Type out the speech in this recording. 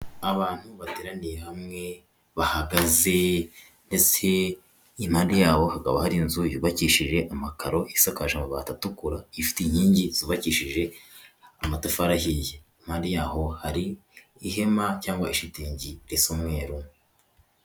Abantu bateraniye hamwe, bahagaze ndetse impande yabo hakaba hari inzu yubakishije amakaro isakaje amabati atukura ifite inkingi zubabakishije amatafari agiye, impande yaho hari ihema cyangwa ishitingi risa umweru.